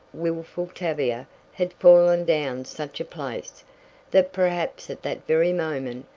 wilful tavia had fallen down such a place that perhaps at that very moment,